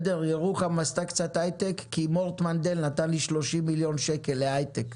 ירוחם עשתה קצת הייטק כי מורט מנדל נתן לי 30 מיליון שקל להייטק.